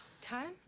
Time